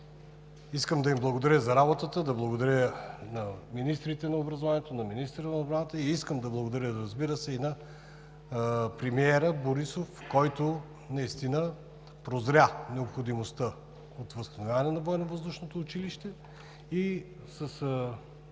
Искам да им благодаря за работата, да благодаря на министъра на образованието, на министъра на отбраната и, разбира се, искам да благодаря и на премиера Борисов, който наистина прозря необходимостта от възстановяване на